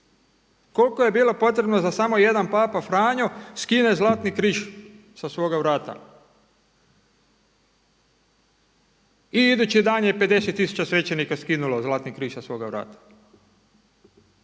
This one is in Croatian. Koliko je bilo potrebno da samo jedan Papa Franjo skine zlatni križ sa svoga vrata? I idući dan je 50 tisuća svećenika skinulo zlatni križ sa svoga vrata.